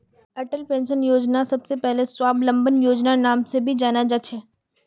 Atal pension योजनाक पहले स्वाबलंबन योजनार नाम से भी जाना जा छे